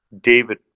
David